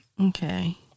Okay